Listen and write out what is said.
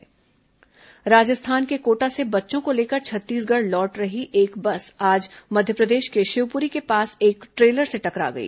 बस दुर्घटना राजस्थान के कोटा से बच्चों को लेकर छत्तीसगढ़ लौट रही एक बस आज मध्यप्रदेश के शिवपुरी के पास एक द्रे लर से टकरा गई